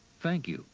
thank you!